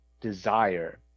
desire